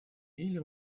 или